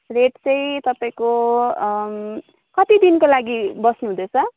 rate चाहिँ तपाईँको कति दिनको लागि बस्नु हुँदैछ